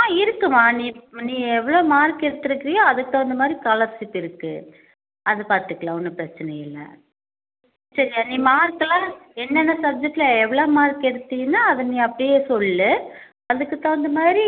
ஆ இருக்குமா நீ நீ எவ்வளோ மார்க் எடுத்துருக்கிறியோ அதுக்குத் தகுந்த மாதிரி ஸ்காலர்ஷிப் இருக்குது அது பார்த்துக்கலாம் ஒன்றும் பிரச்சனை இல்லை சரி நீ மார்க்கலாம் என்னென்ன சப்ஜெக்ட்டில் எவ்வளோ மார்க் எடுத்தினால் அதை நீ அப்படியே சொல்லு அதுக்குத் தகுந்த மாதிரி